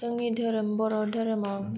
जोंनि धोहोरोम बर' धोरोमाव